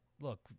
look